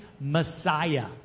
Messiah